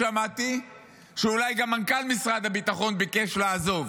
שמעתי שאולי גם מנכ"ל משרד הביטחון ביקש לעזוב